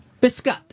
Biscuit